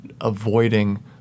avoiding